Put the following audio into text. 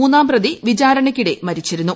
മൂന്നാംപ്രതി വിചാരണയ്ക്കിടെ മരിച്ചിരുന്നു